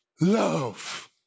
love